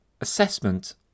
assessment